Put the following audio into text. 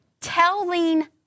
telling